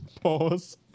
Pause